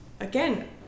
again